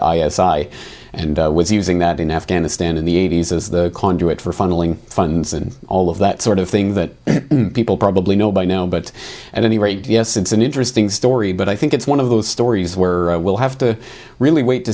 isi and was using that in afghanistan in the s as the conduit for funneling funds and all of that sort of thing that people probably know by now but at any rate yes it's an interesting story but i think it's one of those stories where we'll have to really wait to